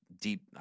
deep